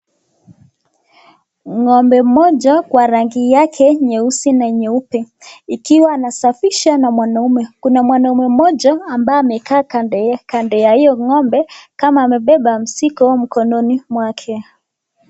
Ng'ombe mmoja kwa rangi yake nyeusi na nyeupe, ikiwa anasafishwa na mwanaume, kuna mwanaume mmoja ambaye amekaa kando ya hiyo ng'ombe kama amebeba mzigo mkononi mwake.